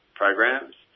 programs